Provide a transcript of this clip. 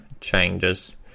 changes